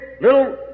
little